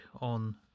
on